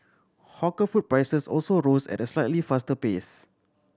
hawker food prices also rose at a slightly faster pace